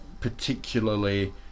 particularly